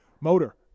Motor